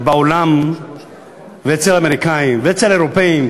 בעולם ואצל האמריקנים ואצל האירופים,